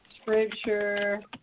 Scripture